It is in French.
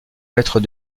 mètre